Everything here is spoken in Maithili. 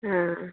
हँ